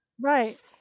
right